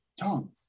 Tom